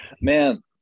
Man